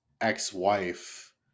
ex-wife